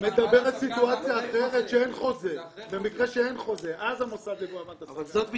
במקרה שאין חוזה, אז המוסד למעמד השחקן נכנס.